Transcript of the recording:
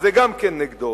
אז זה גם כן נגדו.